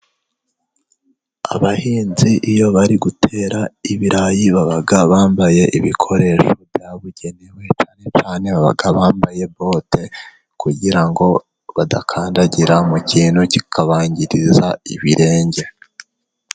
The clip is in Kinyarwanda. Abahinzi iyo bari gutera ibirayi baba bambaye ibikoresho byabugenewe. Cyane cyane baba bambaye bote kugira ngo badakandagira mu kintu kikabangiriza ibirenge.